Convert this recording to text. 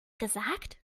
gesagt